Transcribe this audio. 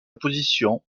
position